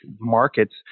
markets